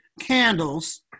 candles